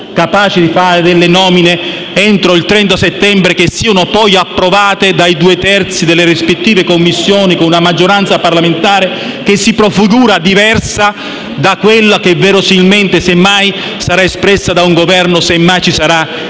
capace di fare delle nomine entro il 30 settembre, che siano poi approvate dai due terzi delle rispettive Commissioni, con una maggioranza parlamentare che si prefigura diversa da quella che, verosimilmente, sarà espressa da un Governo - semmai ci sarà